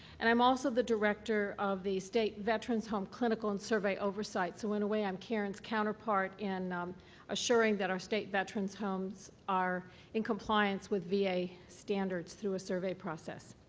and i'm also the director of the state veterans home clinical and survey oversight. so, in a way, i'm karen's counterpart in assuring that our state veterans homes are in compliance with va standards through a survey process.